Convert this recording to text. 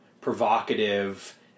provocative